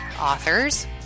authors